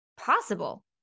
possible